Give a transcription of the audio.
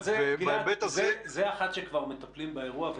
גלעד, כל זה לאחר שמטפלים באירוע.